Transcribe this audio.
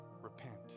repent